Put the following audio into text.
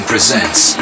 presents